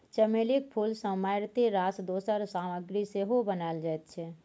चमेलीक फूल सँ मारिते रास दोसर सामग्री सेहो बनाओल जाइत छै